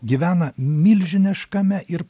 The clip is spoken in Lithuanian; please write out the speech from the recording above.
gyvena milžiniškame ir